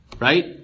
Right